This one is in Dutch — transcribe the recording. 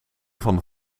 van